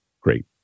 great